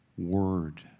word